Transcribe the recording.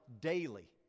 daily